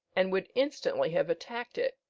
and would instantly have attacked it,